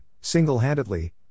single-handedly